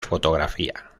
fotografía